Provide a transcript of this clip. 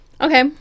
okay